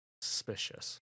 suspicious